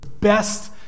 best